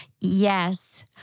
Yes